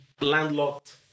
landlocked